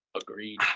agreed